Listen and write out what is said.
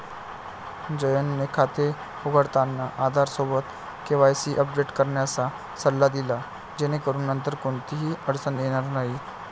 जयने खाते उघडताना आधारसोबत केवायसी अपडेट करण्याचा सल्ला दिला जेणेकरून नंतर कोणतीही अडचण येणार नाही